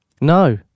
No